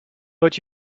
but